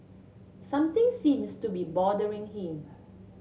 something seems to be bothering him